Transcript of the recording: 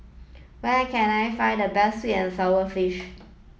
where can I find the best sweet and sour fish